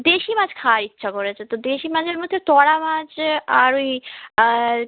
দেশি মাছ খাওয়ার ইচ্ছা করেছে তো দেশি মাছের মধ্যে টোরা মাছ আর ওই আর